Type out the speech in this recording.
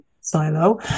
silo